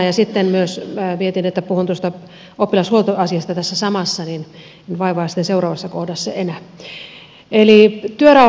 ja sitten myös mietin että puhun tuosta oppilashuoltoasiasta tässä samassa niin että en vaivaa sitten seuraavassa kohdassa enää